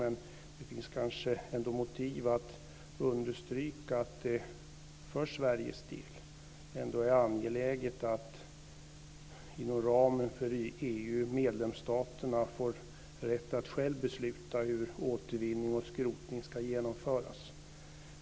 Men det kanske ändå finns motiv för att understryka att det för Sveriges del är angeläget att medlemsstaterna inom ramen för EU får rätt att själva besluta hur återvinning och skrotning ska genomföras.